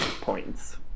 points